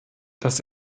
das